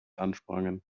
ansprangen